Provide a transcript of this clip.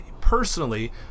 personally